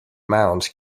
mounds